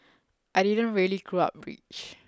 I didn't really grow up rich